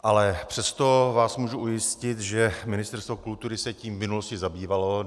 Ale přesto vás můžu ujistit, že Ministerstvo kultury se tím v minulosti zabývalo.